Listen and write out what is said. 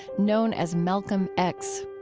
known as malcolm x